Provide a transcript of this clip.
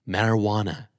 Marijuana